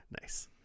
Nice